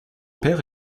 père